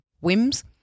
whims